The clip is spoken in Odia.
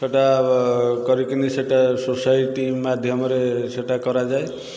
ସେଇଟା କରିକିନି ସେଇଟା ସୋସାଇଟି ମାଧ୍ୟମରେ ସେଇଟା କରାଯାଏ